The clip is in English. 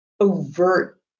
overt